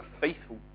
faithful